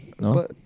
No